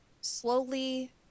slowly